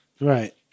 right